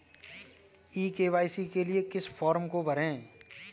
ई KYC के लिए किस फ्रॉम को भरें?